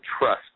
trust